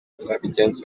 nzabigenza